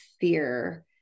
fear